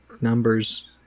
numbers